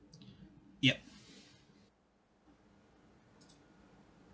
yup